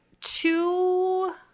two